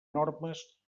normes